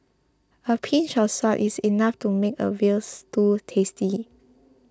a pinch of salt is enough to make a Veal Stew tasty